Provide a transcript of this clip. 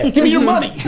give me your money.